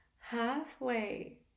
halfway